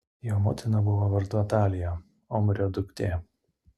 jo motina buvo vardu atalija omrio duktė